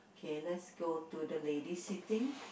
K let's go to the lady sitting